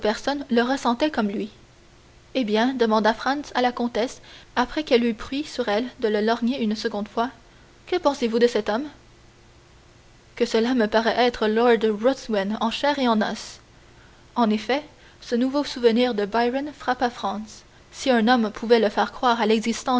le ressentait comme lui eh bien demanda franz à la comtesse après qu'elle eut pris sur elle de le lorgner une seconde fois que pensez-vous de cet homme que cela me paraît être lord ruthwen en chair et en os en effet ce nouveau souvenir de byron frappa franz si un homme pouvait lui faire croire à